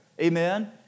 Amen